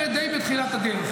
די בתחילת הדרך,